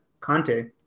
Conte